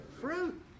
fruit